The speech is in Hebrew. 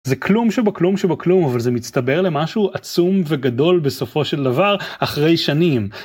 זה כלום שבכלום שבכלום אבל זה מצטבר למשהו עצום וגדול בסופו של דבר, אחרי שנים.